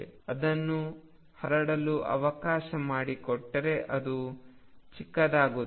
ಅದನ್ನು ಹರಡಲು ಅವಕಾಶ ಮಾಡಿಕೊಟ್ಟರೆ ಅದು ಚಿಕ್ಕದಾಗುತ್ತದೆ